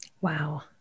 Wow